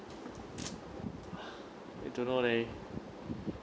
I don't know leh